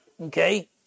Okay